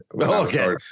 Okay